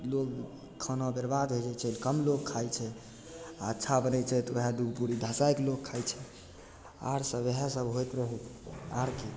लोक खाना बरबाद हो जाइ छै कम लोक खाइ छै अच्छा बनै छै तऽ वएह दुइ पूड़ी धसैके लोक खाइ छै आओर सब इएहसब होइत रहै छै आओर कि